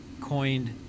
coined